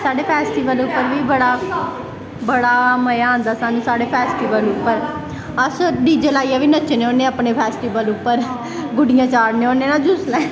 साढ़े फैस्टिवल उप्पर बी बड़ा बड़ा मज़ा आंदा स्हानू साढ़े फैस्टिवल उप्पर अस डीजे लाईयै बी नच्चने होन्ने अपने फैस्टिवल उप्पर गुड्डियां चाढ़ने होन्ने न जिसलै